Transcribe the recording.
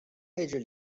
配置